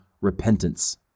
repentance